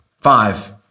Five